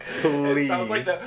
please